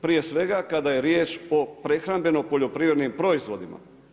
Prije svega kada je riječ o prehrambeno-poljoprivrednim proizvodima.